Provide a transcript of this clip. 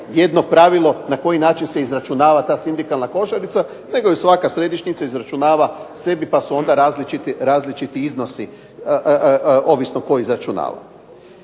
jedno pravilo na koji način se izračunava ta sindikalna košarica, nego je svaka središnjica izračunava sebi pa su onda različiti iznosi, ovisno tko izračunava.